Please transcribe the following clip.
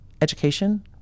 education